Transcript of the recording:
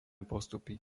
postupy